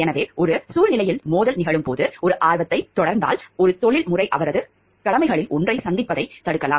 எனவே ஒரு சூழ்நிலையில் மோதல் நிகழும்போது ஒரு ஆர்வத்தைத் தொடர்ந்தால் ஒரு தொழில்முறை அவரது கடமைகளில் ஒன்றைச் சந்திப்பதைத் தடுக்கலாம்